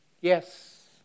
Yes